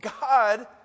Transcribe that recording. God